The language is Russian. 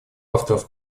авторов